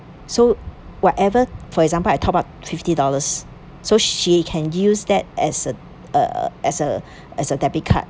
so whatever for example I top up fifty dollars so she can use that as a uh as a as a debit card